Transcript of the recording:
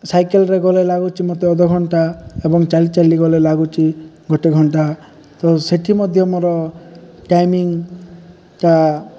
ସାଇକେଲରେ ଗଲେ ଲାଗୁଛି ମୋତେ ଅଧଘଣ୍ଟା ଏବଂ ଚାଲି ଚାଲି ଗଲେ ଲାଗୁଛି ଗୋଟେ ଘଣ୍ଟା ତ ସେଠି ମଧ୍ୟ ମୋର ଟାଇମିଂଟା